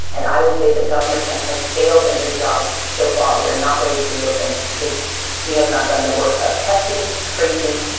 and i would say that governor kemp has failed in his job so far. we are not ready to reopen because he has not done the work of testing, tracing,